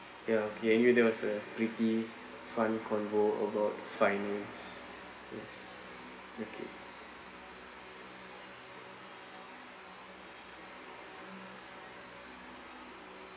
ya and that was a pretty fun convo about finance yes okay